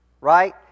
right